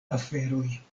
aferoj